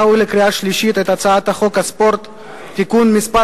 ולקריאה שלישית את הצעת חוק הספורט (תיקון מס'